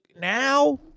now